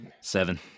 Seven